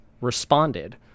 responded